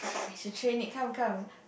you should train Nick come come